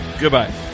Goodbye